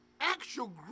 actual